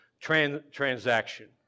transaction